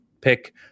Pick